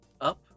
up